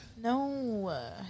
No